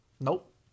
Nope